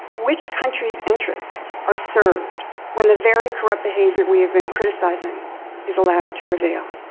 which countries' interests are served when the very corrupt behavior we have been criticizing is allowed to prevail?